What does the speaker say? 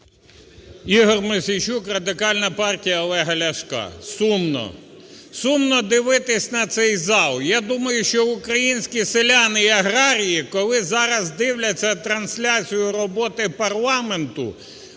Ігор Мосійчук, Радикальна партія Олега Ляшка. Сумно. Сумно дивитись на цей зал. Я думаю, що українські селяни і аграрії, коли зараз дивляться трансляцію роботи парламенту,